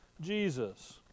Jesus